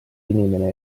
inimene